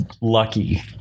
lucky